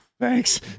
Thanks